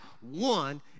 one